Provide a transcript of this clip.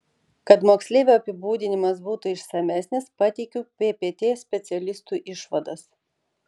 kad moksleivio apibūdinimas būtų išsamesnis pateikiu ppt specialistų išvadas